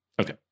okay